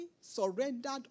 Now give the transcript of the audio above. surrendered